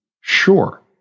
sure